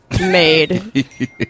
Made